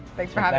thanks for having